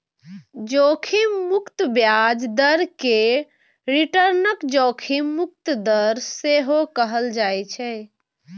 जोखिम मुक्त ब्याज दर कें रिटर्नक जोखिम मुक्त दर सेहो कहल जाइ छै